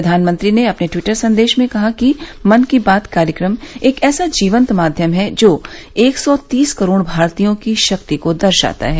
प्रधानमंत्री ने अपने ट्वीटर संदेश में कहा है कि मन की बात कार्यक्रम ऐसा जीवंत माध्यम है जो एक सौ तीस करोड भारतीयों की शक्ति को दर्शाता है